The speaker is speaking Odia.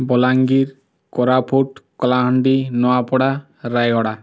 ବଲାଙ୍ଗୀର କୋରାପୁଟ କଲାହାଣ୍ଡି ନୂଆପଡ଼ା ରାୟଗଡ଼ା